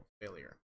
failure